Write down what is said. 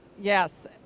Yes